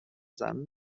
زنان